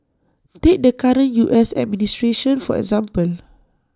take the current U S administration for example